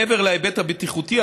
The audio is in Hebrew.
מעבר להיבט הבטיחותי,